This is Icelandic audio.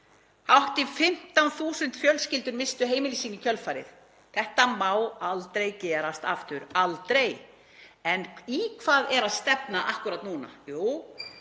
Hátt í 15.000 fjölskyldur misstu heimili sín í kjölfarið. Þetta má aldrei gerast aftur, aldrei. En í hvað er að stefna akkúrat núna? Jú,